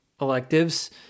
electives